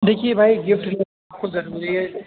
دیکھیے بھائی گفٹ تو ضروری ہے